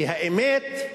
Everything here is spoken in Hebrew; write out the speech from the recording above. כי האמת,